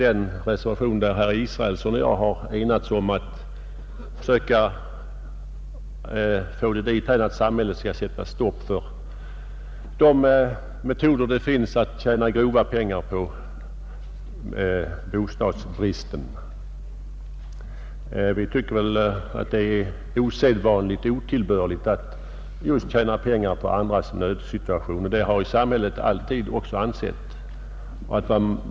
I reservationen 2 har herr Israelsson och jag enats om att försöka få det dithän att samhället sätter stopp för de metoder som finns att tjäna grova pengar på bostadsbristen. Vi tycker att det är osedvanligt otillbörligt att tjäna pengar på andras nödsituation, och det har ju samhället alltid också ansett.